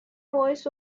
voice